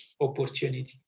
opportunity